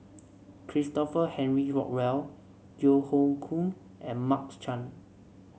Christopher Henry Rothwell Yeo Hoe Koon and Mark Chan